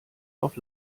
auf